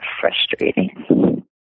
frustrating